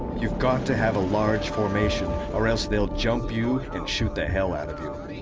you've got to have a large formation, or else they'll jump you and shoot the hell out